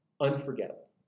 Unforgettable